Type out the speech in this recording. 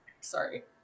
sorry